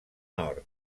nord